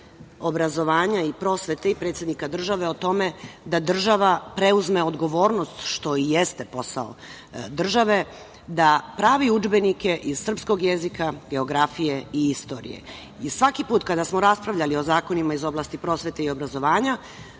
obrazovanja i prosvete i predsednika države o tome da država preuzme odgovornost, što i jeste posao države, da pravi udžbenike iz srpskog jezika, geografije i istorije. Svaki put kad smo raspravljali o zakonima iz oblasti prosvete i obrazovanja,